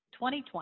2020